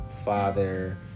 father